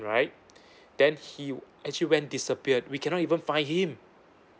right then he actually went disappeared we cannot even find him